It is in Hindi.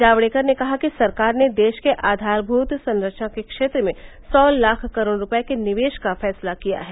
जावड़ेकर ने कहा कि सरकार ने देश के आघास्भूत संरचना के क्षेत्र में सौ लाख करोड़ रूपये के निवेश का फैसला किया है